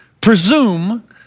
presume